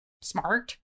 smart